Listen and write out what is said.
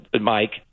Mike